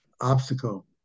obstacle